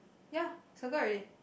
ya circle already